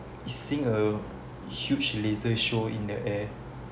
seeing a huge laser show in the air